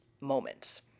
moments